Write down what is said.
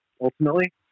ultimately